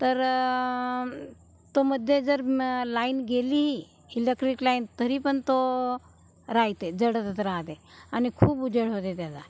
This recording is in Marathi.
तर तो मध्ये जर लाइन गेली हीलक्रीक लाइन तरी पण तो राहते जळतच राहते आणि खूप उजेड होते त्याचा